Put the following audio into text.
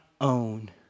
own